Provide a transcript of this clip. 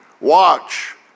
Watch